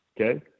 Okay